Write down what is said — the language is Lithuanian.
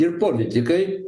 ir politikai